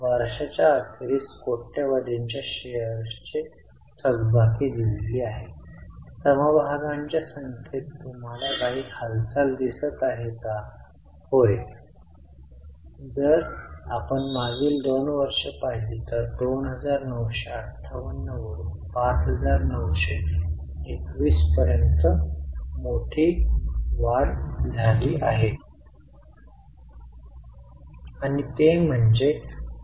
लक्षात ठेवा ही नगदी नसलेली वस्तू आहेत ज्यातून ती रोख रक्कम आणत नाहीत परंतु आपण त्यासाठी पैसे देत नाही आहोत म्हणून आपण ती जोडत आहोत कारण ती एक अप्रत्यक्ष पद्धत आहे मग गुंतवणूकीच्या विक्री वरील नफा कमी केला जाईल